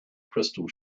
crystal